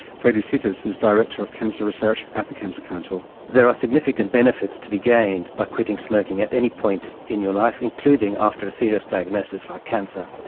freddy sitas is director of cancer research at the cancer council. there are significant benefits to be gained by quitting smoking at any point in your life, including after a serious diagnosis like cancer.